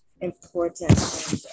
important